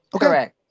Correct